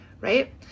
right